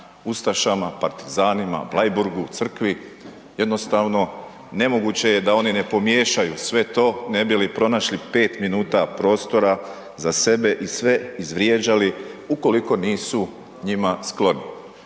ustašama, partizanima, Bleiburgu, Crkvi, jednostavno, nemoguće je da oni ne pomiješaju sve to, ne bi li pronašli 5 minuta prostora za sebe i sve izvrijeđali, ukoliko nisu njima skloni.